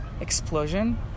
Explosion